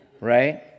Right